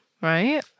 Right